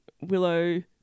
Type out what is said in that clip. Willow